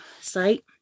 site